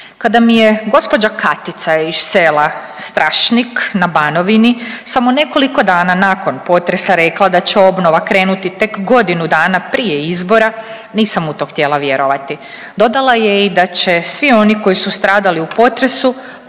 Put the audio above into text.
Kada mi je gđa. Katica iz sela Strašnik na Banovini samo nekoliko dana nakon potresa rekla da će obnova krenuti tek godinu dana prije izbora nisam u to htjela vjerovati. Dodala je i da će svi oni koji su stradali u potresu